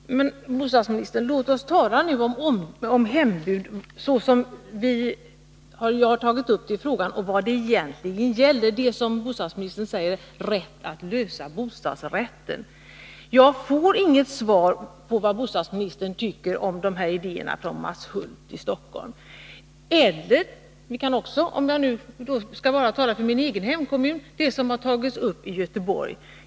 Herr talman! Låt oss, bostadsminister Gustafsson, tala om hembudsskyldighet i den mening som jag har tagit upp den i frågan. Vad det egentligen gäller, säger bostadsministern, är ”rätt att lösa bostadsrätten”. Jag får inget svar på vad bostadsministern tycker om de här ideérna från Mats Hulth i Stockholm eller om — om jag skall tala för min egen hemkommun — det som har tagits upp i Göteborg.